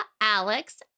Alex